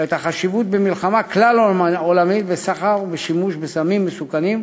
את החשיבות במלחמה כלל-עולמית בסחר ובשימוש בסמים מסוכנים,